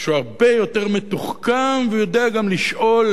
שהוא הרבה יותר מתוחכם ויודע גם לשאול,